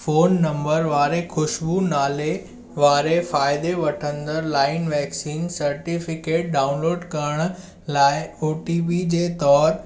phone number वारे खुश्बू नाले वारे फ़ाइदे वठंदड़ु लाइ वैक्सीन सर्टिफिकेट डाउनलोड करण लाइ ओटीपी जे तौर